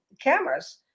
cameras